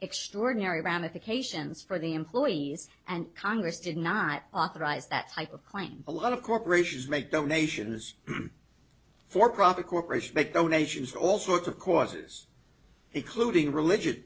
extraordinary ramifications for the employees and congress did not authorize that type of claim a lot of corporations make donations for profit corporation make donations all sorts of causes the colluding religion